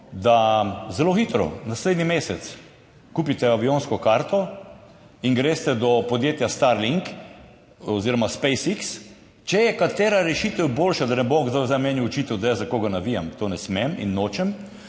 da zelo hitro, naslednji mesec kupi avionsko karto in gre do podjetja Starlink oziroma SpaceX, če je katera rešitev boljša, da ne bo kdo zdaj meni očital, da jaz za koga navijam, to ne smem in nočem,